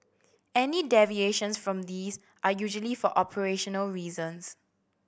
any deviations from these are usually for operational reasons